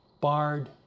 barred